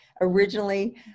originally